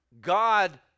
God